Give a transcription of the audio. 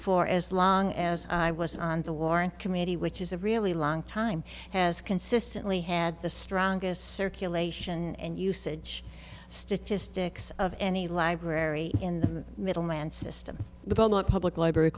for as long as i was on the warrant committee which is a really long time has consistently had the strongest circulation and usage statistics of any library in the middleman system the public library